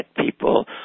people